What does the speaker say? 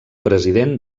president